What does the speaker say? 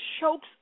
chokes